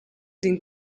den